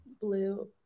Blue